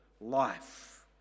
life